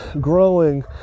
growing